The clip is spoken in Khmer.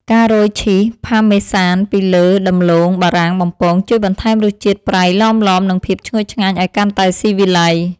ការរោយឈីសផាមេសានពីលើដំឡូងបារាំងបំពងជួយបន្ថែមរសជាតិប្រៃឡមៗនិងភាពឈ្ងុយឆ្ងាញ់ឱ្យកាន់តែស៊ីវិល័យ។